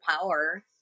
power